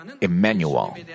Emmanuel